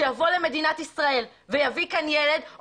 שיבוא למדינת ישראל ויביא כאן ילד,